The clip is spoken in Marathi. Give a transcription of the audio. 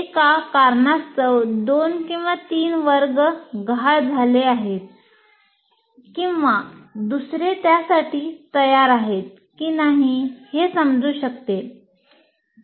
एका कारणास्तव 2 3 वर्ग गहाळ झाले आहेत किंवा दुसरे त्यासाठी तयार आहेत की नाही हे समजू शकते